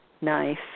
Nice